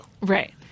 Right